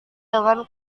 dengan